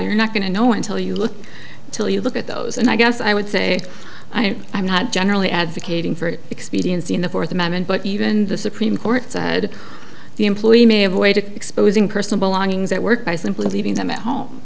you're not going to know until you look till you look at those and i guess i would say i'm i'm not generally advocating for it expediency in the fourth amendment but even the supreme court said the employee may have a way to exposing personal belongings at work by simply leaving them at home